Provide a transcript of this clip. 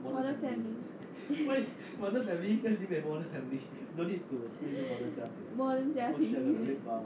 modern family modern 家庭